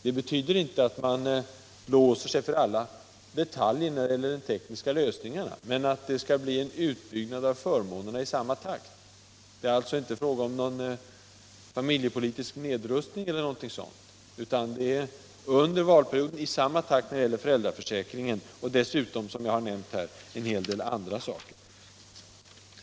Det betyder inte att man låser sig för alla detaljer när det gäller den tekniska lösningen, men det sägs att det skall bli en utbyggnad av förmånerna i samma takt. Det är alltså inte fråga om någon familjepolitisk nedrustning eller någonting sådant, utan det skall ske en utbyggnad under valperioden i samma takt som föreslagits av den Fridhska arbetsgruppen. Dessutom kommer det, som jag nämnde, att föreslås en hel del andra saker.